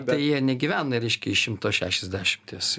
tai jie negyvena reiškia iš šimto šešiasdešimties